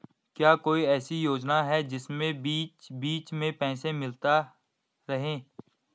क्या कोई ऐसी योजना है जिसमें बीच बीच में पैसा मिलता रहे?